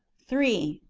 three.